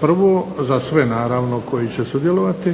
Prvo za sve naravno koji će sudjelovati